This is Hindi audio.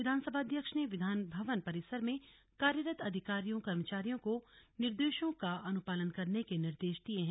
विधानसभा अध्यक्ष ने विधान भवन परिसर में कार्यरत अधिकारियों कर्मचारियों को निर्देशों का अनुपालन करने के निर्देश दिये हैं